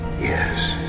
Yes